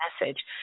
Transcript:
message